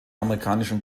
amerikanischen